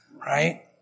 right